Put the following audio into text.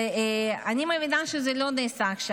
אני מבינה שזה לא נעשה עכשיו,